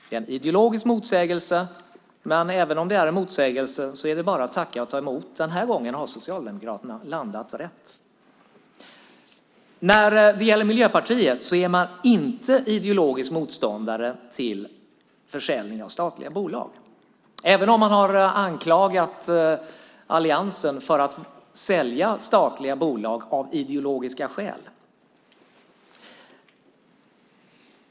Det är en ideologisk motsägelse, men även om det är en motsägelse är det bara att tacka och ta emot - den här gången har Socialdemokraterna landat rätt. När det gäller Miljöpartiet är man inte ideologisk motståndare till försäljning av statliga bolag, även om man har anklagat Alliansen för att sälja statliga bolag av ideologiska skäl.